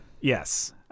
Yes